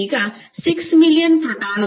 ಈಗ 6 ಮಿಲಿಯನ್ ಪ್ರೋಟಾನ್ಗಳಿಗೆ1